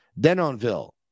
Denonville